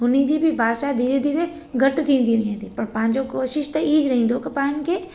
हुनजी बि भाषा धीरे धीरे घटि थींदी वञे थी पर पंहिंजो कोशिशि त ईंअच रहंदो की पाण खे